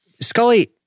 Scully